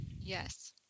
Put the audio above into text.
Yes